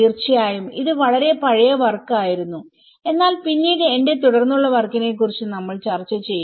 തീർച്ചയായും ഇത് വളരെ പഴയ വർക്ക് ആയിരുന്നു എന്നാൽ പിന്നീട് എന്റെ തുടർന്നുള്ള വർക്കിനെ കുറിച്ച് നമ്മൾ ചർച്ച ചെയ്യും